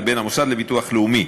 לבין המוסד לביטוח לאומי.